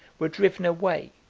were driven away,